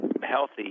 healthy